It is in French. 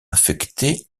affecté